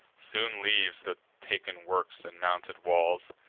soon leaves the taken works and mounted walls,